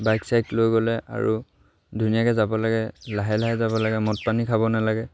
bike চাইক লৈ গ'লে আৰু ধুনীয়াকৈ যাব লাগে লাহে লাহে যাব লাগে মদ পানী খাব নালাগে